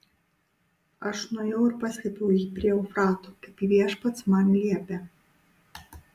aš nuėjau ir paslėpiau jį prie eufrato kaip viešpats man liepė